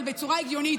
אבל בצורה הגיונית,